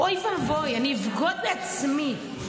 אוי ואבוי, אני אבגוד בעצמי.